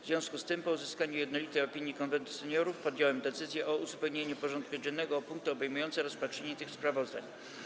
W związku z tym, po uzyskaniu jednolitej opinii Konwentu Seniorów, podjąłem decyzję o uzupełnieniu porządku dziennego o punkty obejmujące rozpatrzenie tych sprawozdań.